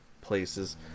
places